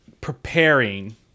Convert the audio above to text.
preparing